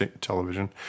television